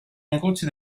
negozi